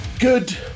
Good